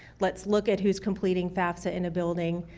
let's look at who's completing fafsa in a building.